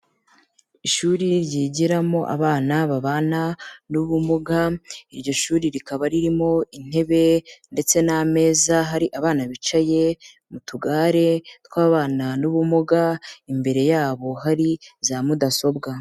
Ishuri ryigiramo abana babana n'ubumuga, iryo shuri rikaba ririmo intebe ndetse n'ameza, hari abana bicaye mu tugare tw'ababana n'ubumuga, imbere yabo hari za mudasobwa.